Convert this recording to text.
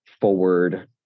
forward